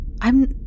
I'm-